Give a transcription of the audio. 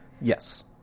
Yes